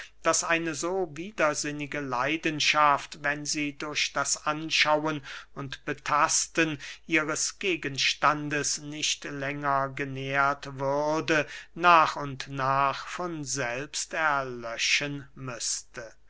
daß eine so widersinnige leidenschaft wenn sie durch das anschauen und betasten ihres gegenstandes nicht länger genährt würde nach und nach von selbst erlöschen müßte